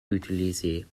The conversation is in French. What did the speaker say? réutilisés